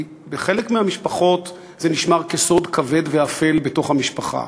כי בחלק מהמשפחות זה נשמר כסוד כבד ואפל בתוך המשפחה.